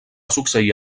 succeir